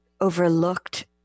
overlooked